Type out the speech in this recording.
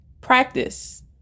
Practice